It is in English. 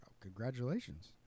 Congratulations